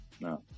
No